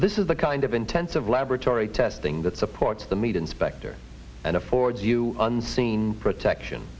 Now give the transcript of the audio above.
this is the kind of intensive laboratory testing that supports the meat inspectors and affords you unseen protection